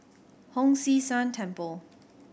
Hong San See Temple